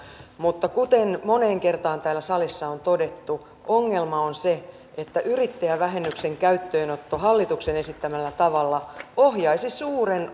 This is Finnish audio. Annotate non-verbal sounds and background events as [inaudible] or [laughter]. mutta kuten moneen kertaan täällä salissa on todettu ongelma on se että yrittäjävähennyksen käyttöönotto hallituksen esittämällä tavalla ohjaisi suuren [unintelligible]